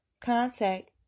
contact